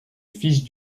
fils